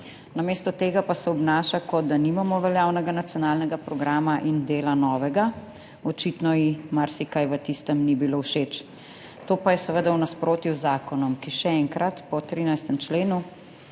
Namesto tega pa se obnaša, kot da nimamo veljavnega nacionalnega programa in dela novega. Očitno ji marsikaj v tistem ni bilo všeč. To pa je seveda v nasprotju z zakonom, ki, še enkrat, po 13. členu